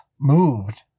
moved